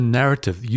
narrative